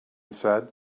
said